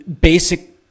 basic